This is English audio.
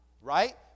right